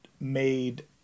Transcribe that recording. made